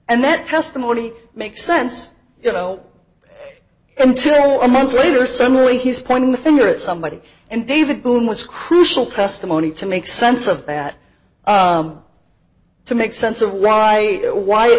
and that testimony makes sense you know until a month later suddenly he's pointing the finger at somebody and david bloom was crucial testimony to make sense of that to make sense of right why it